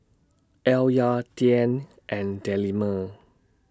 Alya Dian and Delima